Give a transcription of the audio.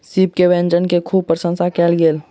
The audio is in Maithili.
सीप के व्यंजन के खूब प्रसंशा कयल गेल